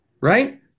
Right